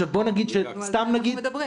על זה בדיוק אנחנו מדברים.